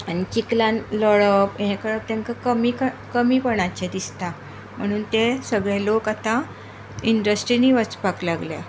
आनी चिखलान लोळप हें काम तांकां कमीं पण कमीपणाचे दिसतां म्हणून तें सगळें लोक आताम इंडस्ट्रीनी वचपाक लागल्या